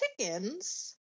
chickens